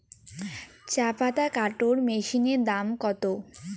চাপাতা কাটর মেশিনের দাম কত?